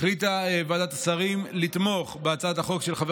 החליטה ועדת השרים לתמוך בהצעת החוק של חבר